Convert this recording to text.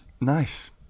Nice